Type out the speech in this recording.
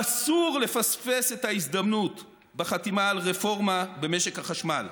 אסור לפספס את ההזדמנות בחתימה על רפורמה במשק החשמל.